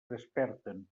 desperten